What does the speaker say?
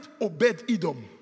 Obed-Edom